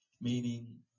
meaning